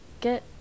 get